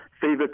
fever